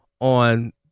on